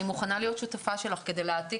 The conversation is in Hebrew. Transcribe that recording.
אני מוכנה להיות שותפה שלך כדי להעתיק